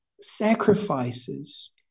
sacrifices